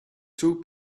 two